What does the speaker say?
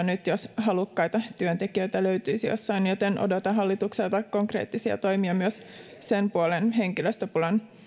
nyt jos halukkaita työntekijöitä löytyisi jostain joten odotan hallitukselta konkreettisia toimia myös sen puolen henkilöstöpulan